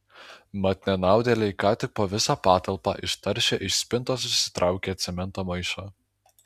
mat nenaudėliai ką tik po visą patalpą ištaršė iš spintos išsitraukę cemento maišą